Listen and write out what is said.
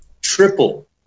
Triple